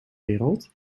wereld